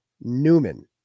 Newman